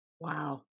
Wow